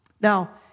Now